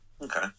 Okay